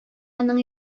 аның